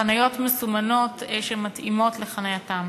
חניות מסומנות שמתאימות לחנייתם.